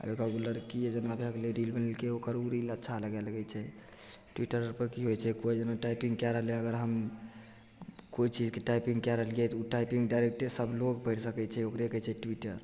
जेना लड़किए आओर भै गेलै रील बनेलकै ओकर ओ रील अच्छा लागै लागै छै ट्विटरपर कि होइ छै कोइ जेना टाइपिन्ग कै रहलै अगर हम कोइ चीजके टाइपिन्ग कै रहलिए तऽ ओ टाइपिन्ग डायरेक्टे सभलोक पढ़ि सकै छै ओकरे कहै छै ट्विटर